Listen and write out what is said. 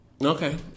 Okay